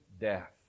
death